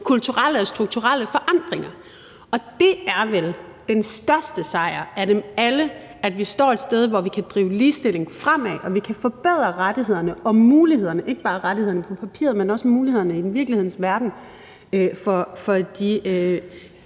kulturelle og strukturelle forandringer, og det er vel den største sejr af dem alle, at vi står et sted, hvor vi kan drive ligestillingen fremad, og vi kan forbedre ikke bare rettighederne på papiret, men også mulighederne i virkelighedens verden for køns-